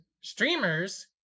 streamers